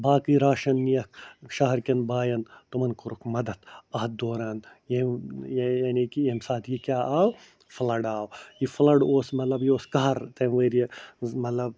باقٕے راشَن نِیَکھ شہرکیٚن بایَن تِمَن کوٚرُکھ مدتھ اَتھ دوران یعنی کہ ییٚمہِ ساتہٕ یہِ کیٛاہ آو فُلَڈ آو یہِ فُلَڈ اوس مطلب یہِ اوس قہر تٔمۍ ؤری مطلب